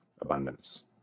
abundance